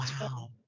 wow